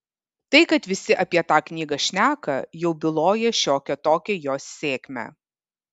tai kad visi apie tą knygą šneka jau byloja šiokią tokią jos sėkmę